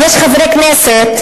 יש חברי כנסת,